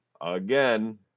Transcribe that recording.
again